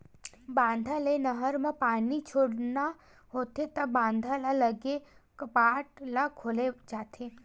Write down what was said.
बांधा ले नहर म पानी छोड़ना होथे त बांधा म लगे कपाट ल खोले जाथे